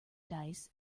dice